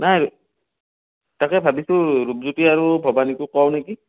নাই তাকে ভাবিছোঁ ৰূপজ্যোতি আৰু ভৱানীকো কওঁ নিকি